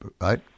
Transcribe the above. right